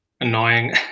annoying